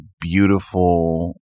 beautiful